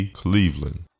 cleveland